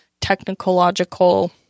technological